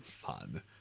fun